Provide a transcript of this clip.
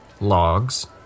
logs